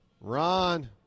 Ron